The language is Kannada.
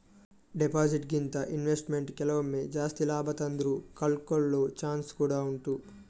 ಡೆಪಾಸಿಟ್ ಗಿಂತ ಇನ್ವೆಸ್ಟ್ಮೆಂಟ್ ಕೆಲವೊಮ್ಮೆ ಜಾಸ್ತಿ ಲಾಭ ತಂದ್ರೂ ಕಳ್ಕೊಳ್ಳೋ ಚಾನ್ಸ್ ಕೂಡಾ ಉಂಟು